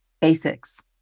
Basics